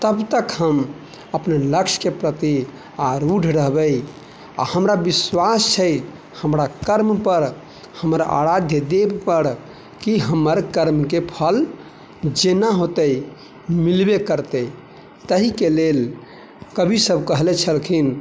तब तक हम अपन लक्ष्य के प्रति आरूढ़ रहबै आ हमरा विश्वास छै हमरा कर्म पर हमर आराध्य देव पर कि हमर कर्म के फल जेना होतै मिलबे करतै तही के लेल कवि सब कहले छलखिन